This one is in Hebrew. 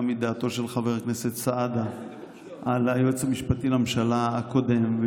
מדעתו של חבר הכנסת סעדה על היועץ המשפטי לממשלה הקודם,